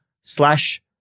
slash